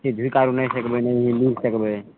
झुका आओर नहि सकबय नहि लाबि सकबय